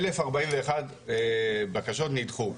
1,041 בקשות נדחו.